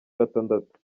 gatandatu